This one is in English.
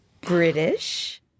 British